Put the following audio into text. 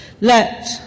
Let